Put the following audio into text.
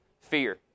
Fear